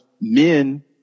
men